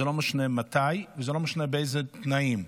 זה לא משנה מתי וזה לא משנה באיזה תנאים.